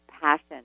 passion